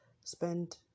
spend